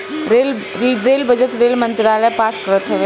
rail budget rail मंत्रालय pass करत हवे